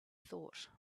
thought